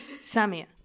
Samia